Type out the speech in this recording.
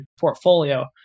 portfolio